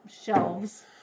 shelves